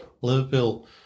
Liverpool